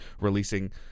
releasing